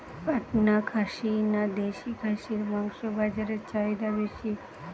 পাটনা খাসি না দেশী খাসির মাংস বাজারে চাহিদা বেশি?